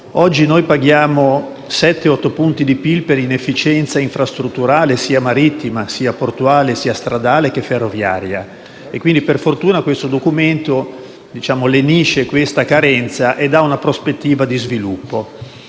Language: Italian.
Oggi noi paghiamo 7-8 punti di PIL per inefficienza infrastrutturale sia marittima sia portuale sia stradale, che ferroviaria. Per fortuna questo Documento lenisce questa carenza e dà una prospettiva di sviluppo.